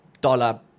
dollar